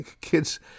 kids